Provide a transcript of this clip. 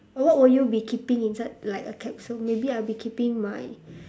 what would you be keeping inside like a capsule maybe I'll be keeping my